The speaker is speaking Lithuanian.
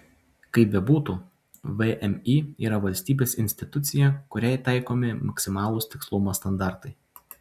kaip bebūtų vmi yra valstybės institucija kuriai taikomi maksimalūs tikslumo standartai